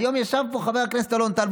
היום ישב פה חבר הכנסת אלון טל,